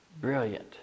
brilliant